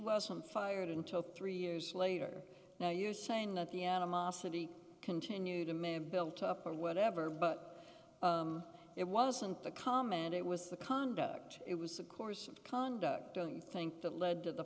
wasn't fired until three years later now you're saying that the animosity continued to may have built up or whatever but it wasn't the comment it was the conduct it was a course of conduct don't you think that led to the